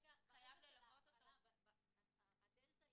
הדלתא